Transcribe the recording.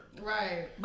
Right